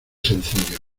sencillo